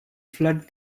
flood